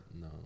No